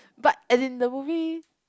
but as in the movie